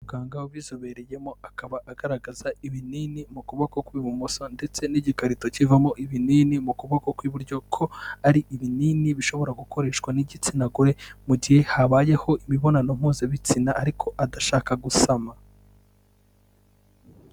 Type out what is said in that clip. Muganga ubizobereyemo akaba agaragaza ibinini mu kuboko kw'ibumoso ndetse n'igikarito kivamo ibinini mu kuboko kw'iburyo ko ari ibinini bishobora gukoreshwa n'igitsina gore, mu gihe habayeho imibonano mpuzabitsina ariko adashaka gusama.